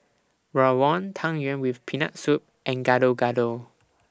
Rawon Tang Yuen with Peanut Soup and Gado Gado